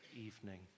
evening